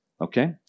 okay